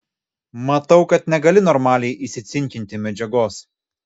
matau kad negali normaliai įsicinkinti medžiagos